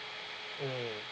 mm